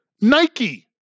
Nike